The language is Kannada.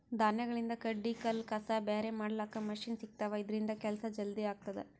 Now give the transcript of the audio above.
ಧಾನ್ಯಗಳಿಂದ್ ಕಡ್ಡಿ ಕಲ್ಲ್ ಕಸ ಬ್ಯಾರೆ ಮಾಡ್ಲಕ್ಕ್ ಮಷಿನ್ ಸಿಗ್ತವಾ ಇದ್ರಿಂದ್ ಕೆಲ್ಸಾ ಜಲ್ದಿ ಆಗ್ತದಾ